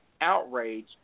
outrage